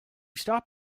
stop